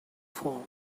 phone